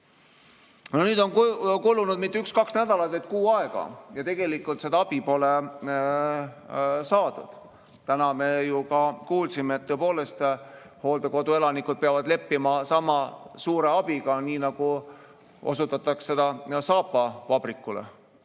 No nüüd pole kulunud mitte üks-kaks nädalat, vaid kuu aega, aga seda abi pole saadud. Täna me ju ka kuulsime, et tõepoolest, hooldekodude elanikud peavad leppima sama suure abiga, nagu osutatakse saapavabrikule.